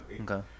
Okay